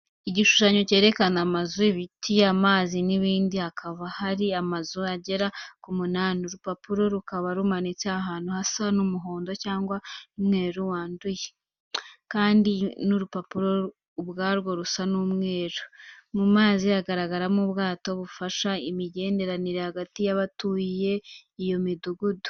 Igishushanyo cyerekana amazu, ibiti, amazi n'ibindi hakaba hari amazu agera k'umunani. Uru rupapuro rukaba rumanitse ahantu hasa na n'umuhondo cyangwa n'umweru wanduye, kandi n'urupapuro ubwarwo rusa n'umweru. Mu mazi hagaragaramo ubwato bufasha imigenderanire hagati y'abatuye iyo midugudu.